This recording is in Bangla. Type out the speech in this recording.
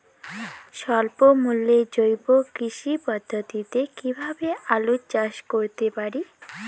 স্বল্প মূল্যে জৈব কৃষি পদ্ধতিতে কীভাবে আলুর চাষ করতে পারি?